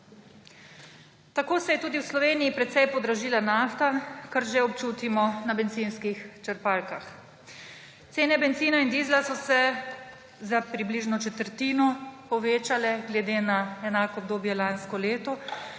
Tako se je tudi v Sloveniji precej podražila nafta, kar že občutimo na bencinskih črpalkah. Cene bencina in dizla so se za približno četrtino povečale glede na enako obdobje lanskega leta,